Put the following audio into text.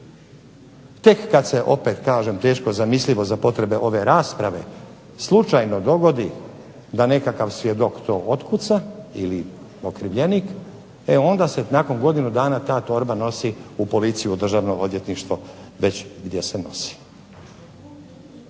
Tek kada se opet kažem teško zamislivo za potrebe ove rasprave, slučajno dogodi da nekakav svjedok to otkuca ili okrivljenik, e onda se nakon godinu dana ta torba nosi u policiju u Državno odvjetništvo, već gdje se nosi.